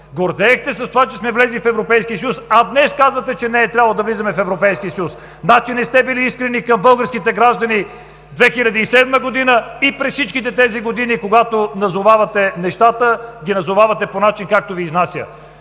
гордеехте с това, че сме влезли в Европейския съюз, а днес казвате, че не е трябвало да влизаме в Европейския съюз. Значи не сте били искрени към българските граждани и през всички тези години, когато назовавате нещата, ги назовавате по начин, както Ви изнася.